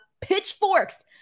pitchforks